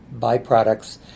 byproducts